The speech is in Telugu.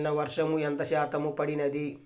నిన్న వర్షము ఎంత శాతము పడినది?